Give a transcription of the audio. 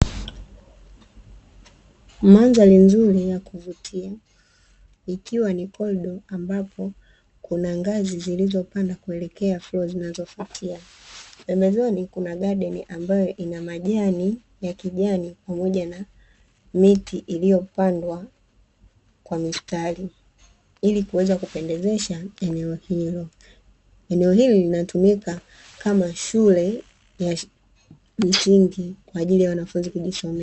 Mandhari nzuri ya kuvutia, ikiwa ina korido ambazo zina ngazi zilizopangwa kuelekea floo zinazofatia. Pembezoni kuna gadeni ya majani yenye rangi ya kijani pamoja na miti iliyopandwa kwa mistari ili kuweza kupendezesha eneo hilo. Eneo hili linatumika kama shule ya msingi kwa ajili ya wanafunzi kujisomea.